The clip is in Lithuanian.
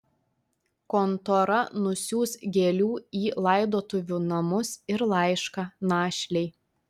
kontora nusiųs gėlių į laidotuvių namus ir laišką našlei